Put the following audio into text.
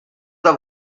the